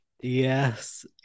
Yes